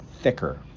thicker